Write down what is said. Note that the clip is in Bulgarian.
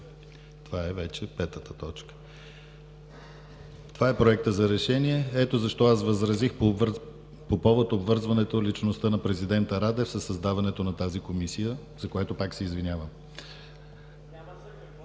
комисия както следва.“ Това е Проектът за решение. Ето защо аз възразих по повод обвързването личността на президента Радев със създаването на тази Комисия, за което пак се извинявам.